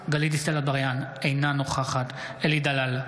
אינה נוכחת אלי דלל,